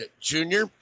junior